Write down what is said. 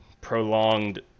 prolonged